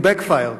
to backfire.